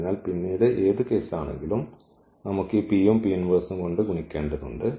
അതിനാൽ പിന്നീട് ഏത് കേസാണെങ്കിലും നമുക്ക് ഈ P യും P 1 ഉം കൊണ്ട് ഗുണിക്കേണ്ടതുണ്ട്